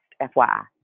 fyi